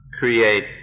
create